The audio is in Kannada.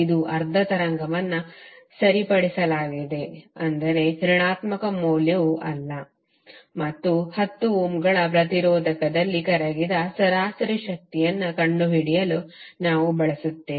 ಇದು ಅರ್ಧ ತರಂಗವನ್ನು ಸರಿಪಡಿಸಲಾಗಿದೆ ಅಂದರೆ ಋಣಾತ್ಮಕ ಮೌಲ್ಯವು ಇಲ್ಲ ಮತ್ತು 10 ಓಮ್ಗಳ ಪ್ರತಿರೋಧಕದಲ್ಲಿ ಕರಗಿದ ಸರಾಸರಿ ಶಕ್ತಿಯನ್ನು ಕಂಡುಹಿಡಿಯಲು ನಾವು ಬಯಸುತ್ತೇವೆ